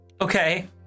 Okay